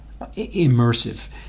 immersive